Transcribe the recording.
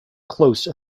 close